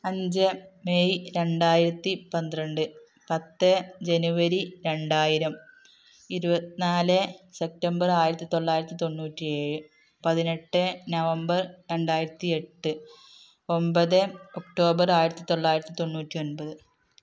അഞ്ച് മെയ് രണ്ടായിരത്തി പന്ത്രണ്ട് പത്ത് ജനുവരി രണ്ടായിരം ഇരുപത്തി നാലേ സെപ്റ്റംബർ ആയിരത്തി തൊള്ളായിരത്തി തൊണ്ണൂറ്റി ഏഴ് പതിനെട്ട് നവംബർ രണ്ടായിരത്തി എട്ട് ഒൻപത് ഒക്റ്റോബർ ആയിരത്തി തൊള്ളായിരത്തി തൊണ്ണൂറ്റി ഒൻപത്